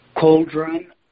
cauldron